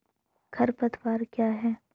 खरपतवार क्या है?